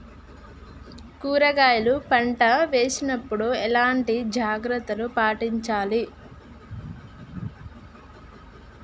కూరగాయల పంట వేసినప్పుడు ఎలాంటి జాగ్రత్తలు పాటించాలి?